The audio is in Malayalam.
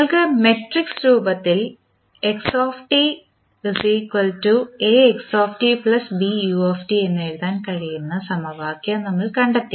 നിങ്ങൾക്ക് മാട്രിക്സ് രൂപത്തിൽ എന്ന് എഴുതാൻ കഴിയുന്ന സമവാക്യം നമ്മൾ കണ്ടെത്തി